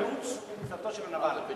התירוץ הוא מפלטו של נבל.